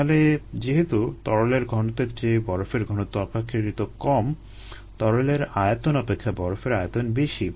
তাহলে যেহেতু তরলের ঘনত্বের চেয়ে বরফের ঘনত্ব অপেক্ষাকৃত কম তরলের আয়তন অপেক্ষা বরফের আয়তন বেশি হয়